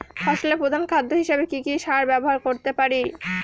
ফসলের প্রধান খাদ্য হিসেবে কি কি সার ব্যবহার করতে পারি?